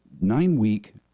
nine-week